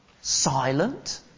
silent